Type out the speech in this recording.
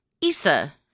Issa